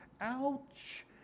Ouch